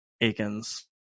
Aikens